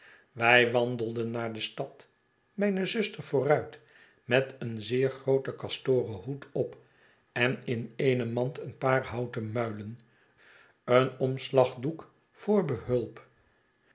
wij wandelden naar de stad mijne zuster vooruit met een zeer grooten kastoren hoed op en in eene mand een paar houten muilen een omslagdoek voor behulp